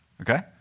Okay